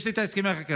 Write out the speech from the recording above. יש לי את הסכמי החכירה.